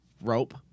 rope